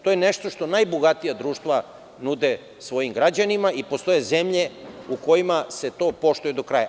To je nešto što najbogatija društva nude svojim građanima i postoje zemlje u kojima se to poštuje do kraja.